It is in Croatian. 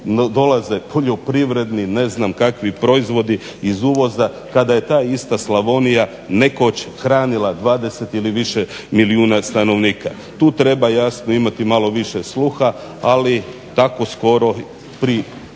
dolaze poljoprivredni ne znam kakvi proizvodi iz uvoza kada je ta ista Slavonija nekoć hranila 20 ili više milijuna stanovnika. Tu treba jasno imati malo više imati sluha ali tako skoro pri